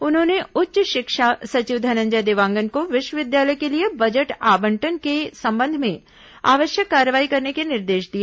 उन्होंने उच्च शिक्षा सचिव धनंजय देवांगन को विश्वविद्यालय के लिए बजट आवंटन के संबंध में आवश्यक कार्रवाई करने के निर्देश दिए